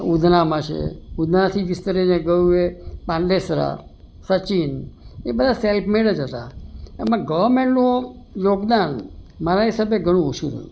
ઉધણામાં છે ઉધણાથી વિસ્તરીને ગયું એ પાંડેસરા સચિન બધા સેલ્ફ મેડ જ હતા એમાં ગવર્નમેન્ટનું યોગદાન મારા હિસાબે ઘણું ઓછું રહ્યું